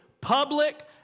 Public